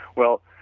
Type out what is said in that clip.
well,